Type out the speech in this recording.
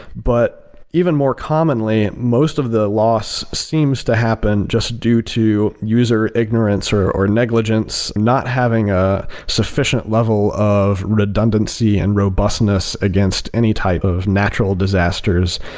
but even more commonly, most of the loss seems to happen just due to user ignorance or or negligence. not having ah sufficient level of redundancy and robustness against any type of natural disasters.